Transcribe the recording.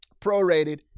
prorated